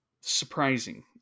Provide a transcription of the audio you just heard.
surprising